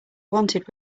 wanted